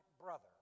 brother